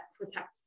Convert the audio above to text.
protect